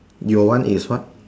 your one is what